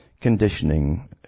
conditioning